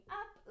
up